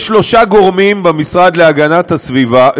יש שלושה גורמים במשרד להגנת הסביבה,